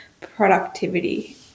productivity